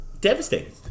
devastating